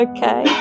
Okay